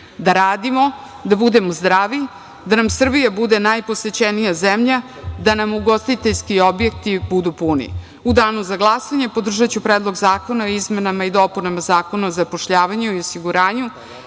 da radimo, da budemo zdravi, da nam Srbija bude najposećenija zemlja, da nam ugostiteljski objekti budu puni.U danu za glasanje podržaću Predlog zakona o izmenama i dopunama Zakona o zapošljavanju i osiguranju